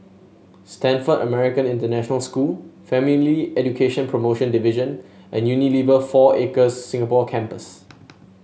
Stamford American International School Family Education Promotion Division and Unilever Four Acres Singapore Campus